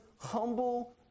humble